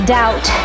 doubt